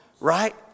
right